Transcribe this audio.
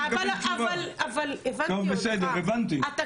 אבל הבנתי אותך.